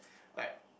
like